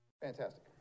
Fantastic